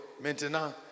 maintenant